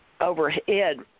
overhead